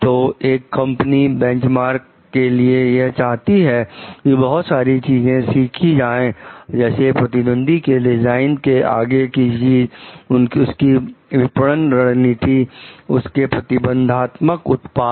तो एक company benchmark के लिए यह चाहती है कि बहुत सारी चीजें सीखी जाए जैसे प्रतिद्वंदी के डिजाइन से आगे की चीज उसकी विपणन रणनीति उसके प्रतिबंधात्मक उत्पाद